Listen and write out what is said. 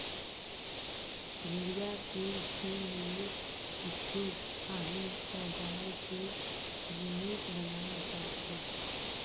भेड़िया के सींग ले कुछु काही सजाए के जिनिस बनाए जाथे